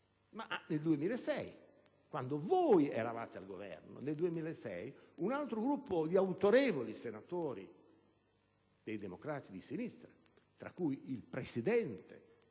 ma nel 2006, quando voi eravate al Governo, un altro gruppo di autorevoli senatori dei Democratici di Sinistra, tra cui l'attuale presidente